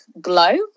glow